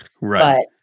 Right